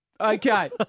Okay